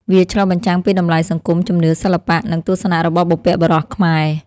វាឆ្លុះបញ្ចាំងពីតម្លៃសង្គម ជំនឿ សិល្បៈ និងទស្សនៈរបស់បុព្វបុរសខ្មែរ។